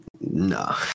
no